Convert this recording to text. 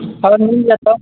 हँ मिल जेतै